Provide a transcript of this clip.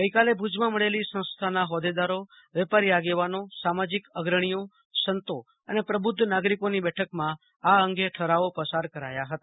ગઈકાલે ભુજમાં મળેલી સંસ્થાના હોદેદારો વેપારી આગેવાનો સામાજિક અગ્રણીઓસંતો અને પ્રબુદ્ધ નાગરિકોની બેઠકમાં આ અંગે ઠરાવો પસાર કરાયા ફતા